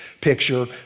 picture